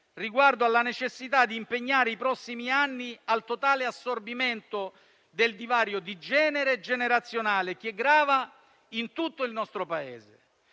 riguardo alla necessità di impegnare i prossimi anni nel totale assorbimento del divario di genere e generazionale che grava in tutto il nostro Paese.